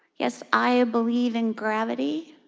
yes, i believe in gravity,